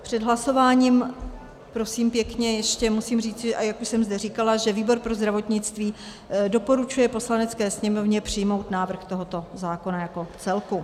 Před hlasováním prosím pěkně musím ještě říci, jak už jsem zde říkala, že výbor pro zdravotnictví doporučuje Poslanecké sněmovně přijmout návrh tohoto zákona jako celku.